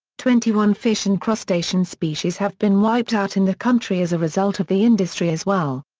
twenty one fish and crustacean species have been wiped out in the country as a result of the industry as well.